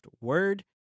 Word